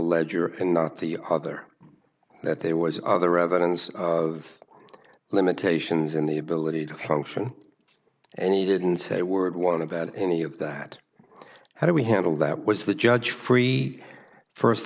ledger and not the other that there was other evidence of limitations in the ability to function and he didn't say word one about any of that how do we handle that was the judge free first